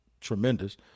tremendous